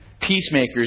peacemakers